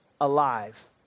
alive